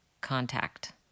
contact